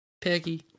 Peggy